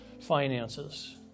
finances